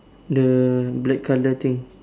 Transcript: the black colour thing